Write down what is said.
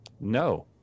No